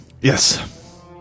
Yes